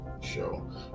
show